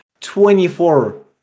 24